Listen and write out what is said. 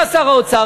בא שר האוצר,